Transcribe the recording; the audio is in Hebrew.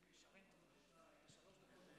אני חייב להגיד שאני לא